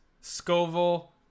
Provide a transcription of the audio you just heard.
scoville